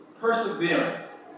Perseverance